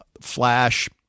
flash